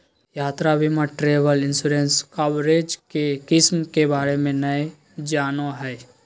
यात्रा बीमा travel insurance coverage के किस्म के बारे में नय जानय हइ